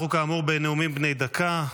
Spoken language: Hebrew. אנחנו, כאמור, בנאומים בני דקה.